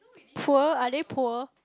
poor are they poor